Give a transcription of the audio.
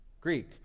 greek